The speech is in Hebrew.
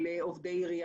רחב מדי.